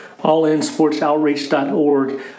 allinsportsoutreach.org